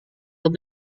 yang